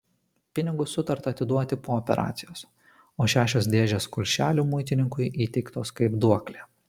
pinigus sutarta atiduoti po operacijos o šešios dėžės kulšelių muitininkui įteiktos kaip duoklė